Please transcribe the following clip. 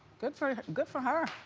good for good for her.